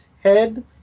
head